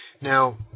Now